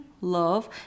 love